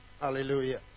Hallelujah